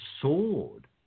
sword